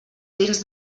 dins